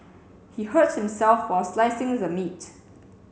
he hurt himself while slicing the meat